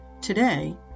Today